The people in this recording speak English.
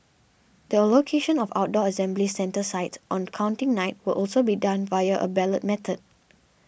the allocation of outdoor assembly centre sites on Counting Night will also be done via a ballot method